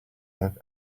have